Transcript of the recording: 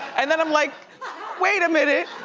and then i'm like wait a minute,